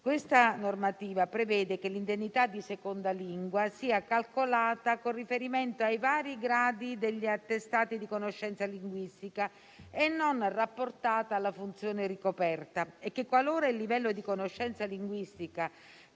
Questa normativa prevede che l'indennità di seconda lingua sia calcolata con riferimento ai vari gradi degli attestati di conoscenza linguistica e non rapportata alla funzione ricoperta e che, qualora il livello di conoscenza linguistica